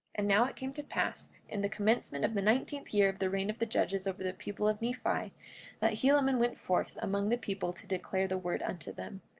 and now it came to pass in the commencement of the nineteenth year of the reign of the judges over the people of nephi, that helaman went forth among the people to declare the word unto them.